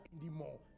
anymore